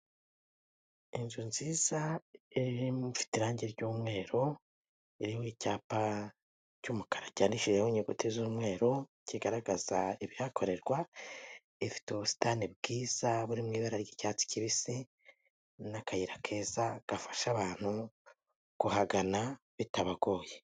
Inzu nziza ifite irangi ry'umweru, irimo icyapa cy'umukara cyanditseho inyuguti z'umweru, kigaragaza ibihakorerwa, ifite ubusitani bwiza buri mu ibara ry'icyatsi kibisi n'akayira keza gafasha abantu kuhagana bitabagoye.